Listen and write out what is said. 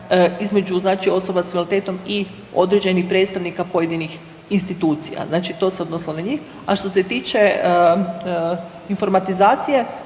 znači osoba s invaliditetom i određenih predstavnika pojedinih institucija. Znači to se odnosilo na njih. A što se tiče informatizacije